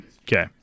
Okay